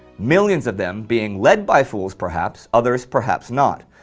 millions of them being led by fools, perhaps, others perhaps not,